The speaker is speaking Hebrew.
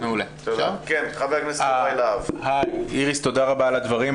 איריס, תודה רבה על הדברים.